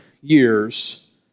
years